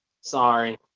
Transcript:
Sorry